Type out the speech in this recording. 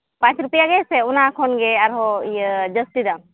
ᱯᱟᱸᱪ ᱨᱩᱯᱭᱟ ᱜᱮ ᱥᱮ ᱚᱱᱟ ᱠᱷᱚᱱ ᱜᱮ ᱟᱨᱦᱚᱸ ᱤᱭᱟᱹ ᱡᱟᱹᱥᱛᱤ ᱫᱟᱢ